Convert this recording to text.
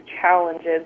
challenges